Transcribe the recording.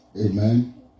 Amen